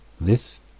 This